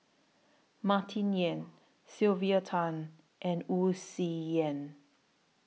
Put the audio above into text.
Martin Yan Sylvia Tan and Wu Tsai Yen